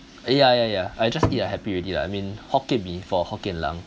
ya ya ya I just eat I happy already lah I mean hokkien mee for hokkien lang